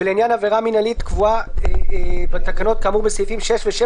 ולעניין עבירה מינהלית הקבועה בתקנות כאמור בסעיפים 6 ו-7,